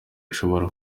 ishobora